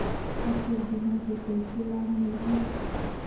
फसल बीमा के कइसे लाभ मिलही?